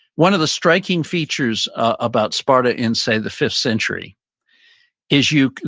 one of the striking features, about sparta in say the fifth century is you,